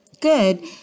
Good